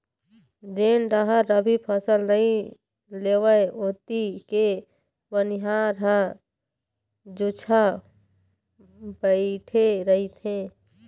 जेन डाहर रबी फसल नइ लेवय ओती के बनिहार ह जुच्छा बइठे रहिथे